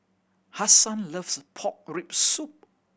Hasan loves pork rib soup